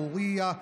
פוריה,